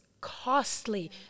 costly